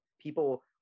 people